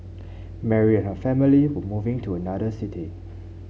Mary and her family were moving to another city